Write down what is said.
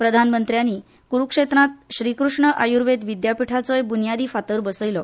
प्रधानमंत्र्यांनी करुक्षेत्रांत श्रीकृष्ण आयुर्वेद विद्यापिठाचोय बुन्यादी फातर बसयलो